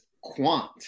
Quant